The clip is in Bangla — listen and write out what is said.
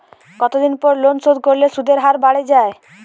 কতদিন পর লোন শোধ করলে সুদের হার বাড়ে য়ায়?